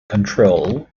control